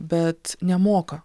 bet nemoka